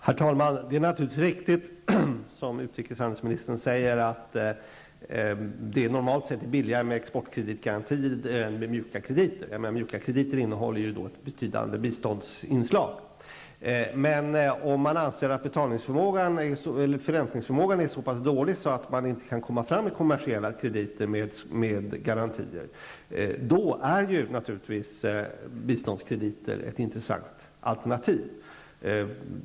Herr talman! Det är naturligtvis, som utrikeshandelsministern säger, normalt sett billigare med exportkreditgarantier än med mjuka krediter. Mjuka krediter har ju ett betydande biståndsinslag. Men om man anser att förräntningsförmågan är så dålig att man inte kan komma fram med kommersiella krediter med garantier, är naturligtvis biståndskrediter ett intressant alternativ.